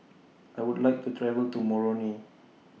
I Would like to travel to Moroni